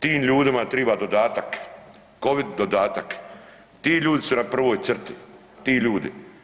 Tim ljudima triba dodatak, Covid dodatak, ti ljudi su na prvoj crti, ti ljudi.